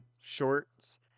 shorts